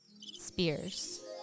Spears